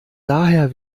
daher